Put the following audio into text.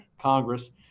Congress